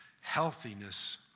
healthiness